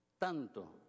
tanto